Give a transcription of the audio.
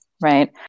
right